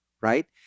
Right